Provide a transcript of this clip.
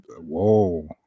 Whoa